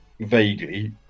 vaguely